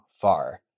far